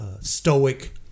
stoic